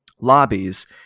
lobbies